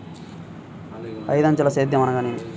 ఐదంచెల సేద్యం అనగా నేమి?